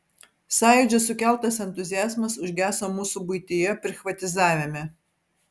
sąjūdžio sukeltas entuziazmas užgeso mūsų buityje prichvatizavime